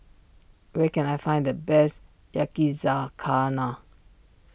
where can I find the best Yakizakana